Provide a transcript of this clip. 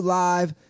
live